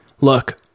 Look